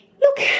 look